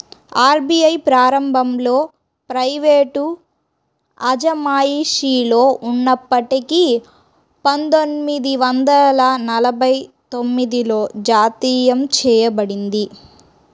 RBI ప్రారంభంలో private అజమాయిషిలో ఉన్నప్పటికీ పందొమ్మిది వందల నలభై తొమ్మిదిలో జాతీయం చేయబడింది